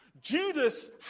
Judas